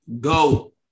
Go